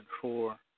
four